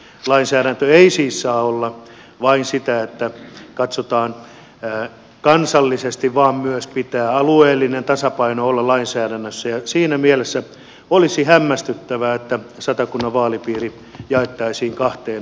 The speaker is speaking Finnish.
lainsäädäntö ei siis saa olla vain sitä että katsotaan kansallisesti vaan myös pitää alueellinen tasapaino olla lainsäädännössä ja siinä mielessä olisi hämmästyttävää että satakunnan vaalipiiri jaettaisiin kahteen osaan